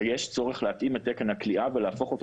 שיש צורך להתאים את תקן הכליאה ולהפוך אותו